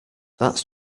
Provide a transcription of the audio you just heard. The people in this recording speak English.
that’s